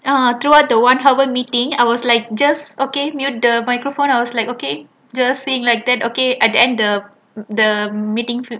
uh through out the one hour meeting I was like just okay mute the microphone I was like okay just seeing like that okay at the end of the meeting